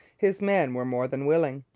his men were more than willing.